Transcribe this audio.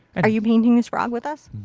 are you painting this frog with us?